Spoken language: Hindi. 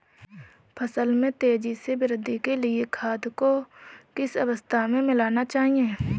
फसल में तेज़ी से वृद्धि के लिए खाद को किस अवस्था में मिलाना चाहिए?